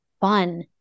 fun